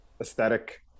aesthetic